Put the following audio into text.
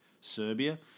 Serbia